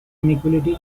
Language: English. inequality